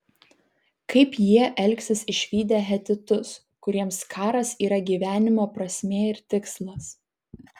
kaip jie elgsis išvydę hetitus kuriems karas yra gyvenimo prasmė ir tikslas